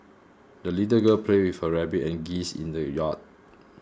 the little girl played with her rabbit and geese in the yard